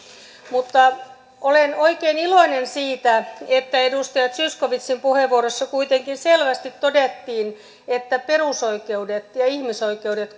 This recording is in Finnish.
mutta olen oikein iloinen siitä että edustaja zyskowiczin puheenvuorossa kuitenkin selvästi todettiin että perusoikeudet ja ihmisoikeudet